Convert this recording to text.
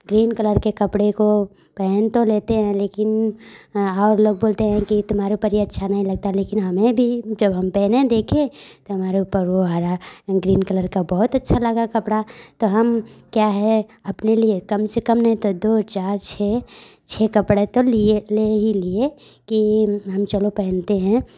green colour के कपड़े को पहन तो लेते हैं लेकिन हौर लोग बोलते हैं कि तुम्हारे ऊपर ये अच्छा नहीं लगता है लेकिन हमें भी जब हम पहने देखे तो हमारे ऊपर वो हरा रंग ग्रीन कलर का बहुत अच्छा लगा कपड़ा तो हम क्या है अपने लिए कम से कम नहीं तो दो चार छः छः कपड़े तो लिए ले ही लिए ग्रीन हम चलो पहनते हैं